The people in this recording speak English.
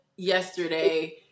yesterday